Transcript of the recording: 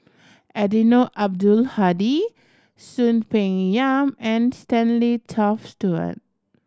Eddino Abdul Hadi Soon Peng Yam and Stanley Toft Stewart